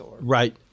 Right